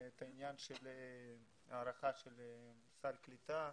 את העניין של הארכה של סל קליטה,